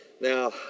now